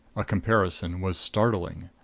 a comparison was startling.